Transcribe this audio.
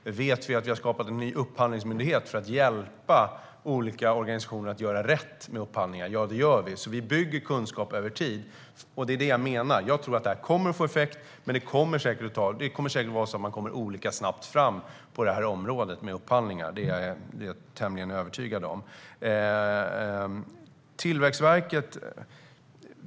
Vet vi att vi har skapat en ny upphandlingsmyndighet för att hjälpa olika organisationer att göra rätt med upphandlingarna? Ja. Vi bygger alltså kunskap över tid, och det är det jag menar: Jag tror att det här kommer att få effekt, men det kommer säkert att vara så att man kommer olika snabbt fram på det här området med upphandlingar. Det är jag tämligen övertygad om.